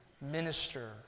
minister